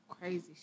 crazy